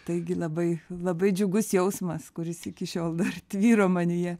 taigi labai labai džiugus jausmas kuris iki šiol dar tvyro manyje